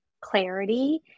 clarity